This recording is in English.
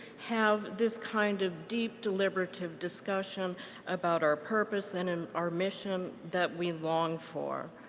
have this kind of deep deliberative discussion about our purpose and and our mission that we long for.